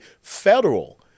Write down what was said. federal